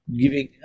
giving